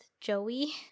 joey